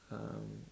um